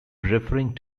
referring